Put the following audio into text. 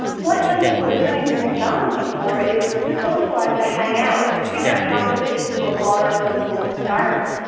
what young people are turning to technology for is to socialise, to hang out, to figure out how they fit into a broader social environment.